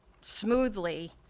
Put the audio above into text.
smoothly